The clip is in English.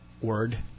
word